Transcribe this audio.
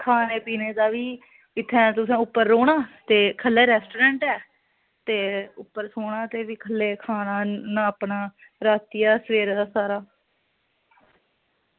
खाने पीने दा बी इत्थें तुसें उप्पर रौह्ना ते थल्लै रेस्टोरेंट ऐ ते उप्पर सोना ते फ्ही खल्लै खाना अपना रातीं दा सवेरे दा सारा